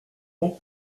pan